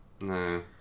No